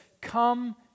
come